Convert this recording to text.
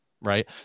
Right